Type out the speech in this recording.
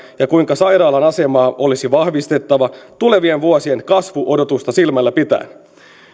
ja kuinka sairaalan asemaa olisi vahvistettava tulevien vuosien kasvuodotusta silmällä pitäen